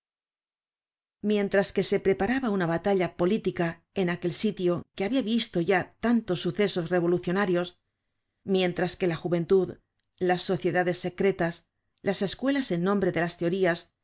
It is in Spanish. mientras que se preparaba una batalla política en aquel sitio que habia visto ya tantos sucesos revolucionarios mientras que la juventud las sociedades secretas las escuelas en nombre de las teorías